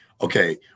okay